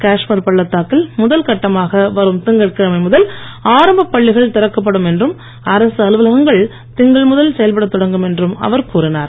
காஷ்மீர் பள்ளத்தாக்கில் முதல் கட்டமாக வரும் திங்கட்கிழமை முதல் ஆரம்ப பள்ளிகள் திறக்கப்படும் என்றும் அரசு அலுவலகங்கள் திங்கள் முதல் செயல்பட தொடங்கும் என்றும் அவர் கூறினார்